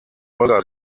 olga